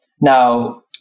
Now